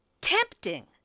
tempting